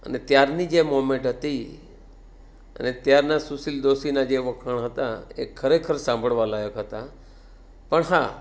અને ત્યારની જે મોમેન્ટ હતી અને ત્યારના સુસીલ દોશીના જે વખાણ હતા એ ખરેખર સાંભળવાલાયક હતા પણ હા